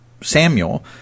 Samuel